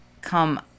come